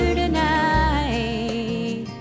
tonight